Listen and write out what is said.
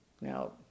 Now